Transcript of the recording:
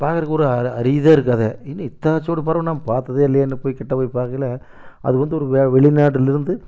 பாக்கறதுக்கு ஒரு அரிதாக இருக்கும் அது என்ன இத்தாச்சூடு பறவை நாம் பார்த்ததே இல்லையேன்னு போய் கிட்டே போய் பார்க்கையில அது வந்து ஒரு வெ வெளிநாட்டுலருந்து